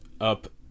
up